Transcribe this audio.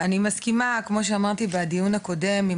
כמו שאמרתי בדיון הקודם,